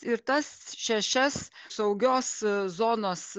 ir tas šešias saugios zonos